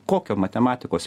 kokio matematikos